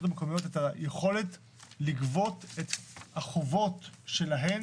המקומיות את היכולת לגבות את החובות שלהן